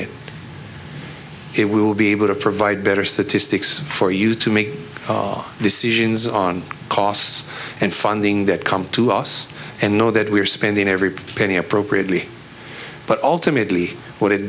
it it will be able to provide better statistics for you to make decisions on costs and funding that come to us and know that we're spending every penny appropriately but ultimately what it